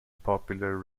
popular